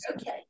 okay